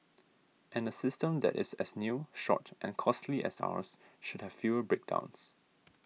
and a system that is as new short and costly as ours should have fewer breakdowns